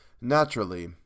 Naturally